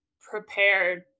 prepared